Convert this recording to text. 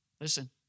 Listen